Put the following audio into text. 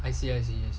I see I see